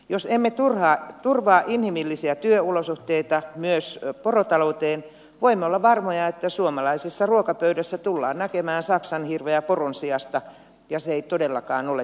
jos emme turvaa inhimillisiä työolosuhteita myös porotalouteen voimme olla varmoja että suomalaisessa ruokapöydässä tullaan näkemään saksanhirveä poron sijasta ja se ei todellakaan ole toivottavaa